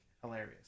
hilarious